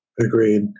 Agreed